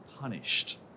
punished